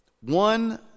One